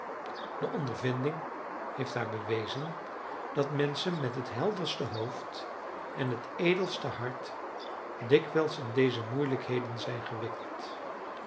de ondervinding heeft haar bewezen dat menschen met het helderste hoofd en het edelste hart dikwijls in deze moeielijkheden zijn gewikkeld